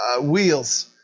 wheels